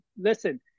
listen